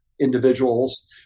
individuals